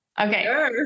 Okay